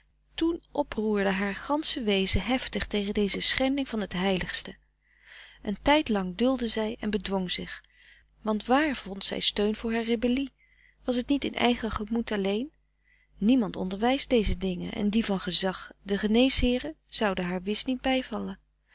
toen oproerde haar gansche wezen heftig tegen deze schending van het heiligste een tijd lang duldde zij en bedwong zich want waar vond zij steun voor haar rebellie was het niet in eigen gemoed alleen niemand onderwijst deze dingen en die van gezag de geneesheeren zouden haar wis niet bijvallen